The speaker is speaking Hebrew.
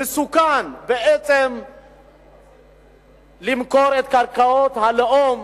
מסוכן בעצם למכור את קרקעות הלאום